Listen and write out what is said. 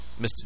Mr